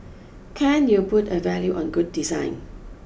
can you put a value on good design